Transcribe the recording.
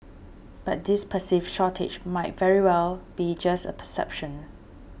but this perceived shortage might very well be just a perception